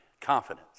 confidence